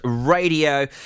Radio